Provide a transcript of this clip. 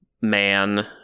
man